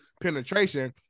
penetration